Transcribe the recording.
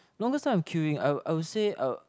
longest time I'm queuing I would I would say I would